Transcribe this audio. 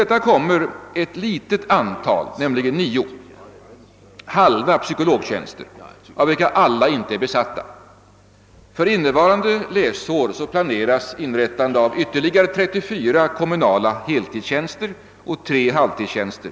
Vidare finns det ett litet antal, nämligen nio, halva psykologtjänster, av vilka alla inte är besatta. För innevarande läsår planeras inrättande av ytterligare 34 kommunala heltidstjänster och tre halvtidstjänster.